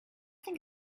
think